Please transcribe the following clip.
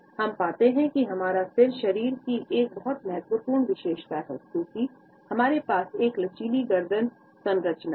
हम पाते हैं कि हमारा सिर शरीर की एक बहुत महत्वपूर्ण विशेषता है क्योंकि हमारे पास एक लचीली गर्दन संरचना है